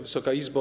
Wysoka Izbo!